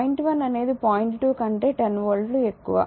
point 1 అనేది point 2 కంటే 10 volt లు ఎక్కువ